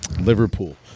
liverpool